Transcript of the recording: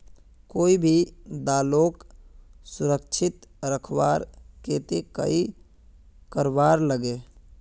कोई भी दालोक सुरक्षित रखवार केते की करवार लगे?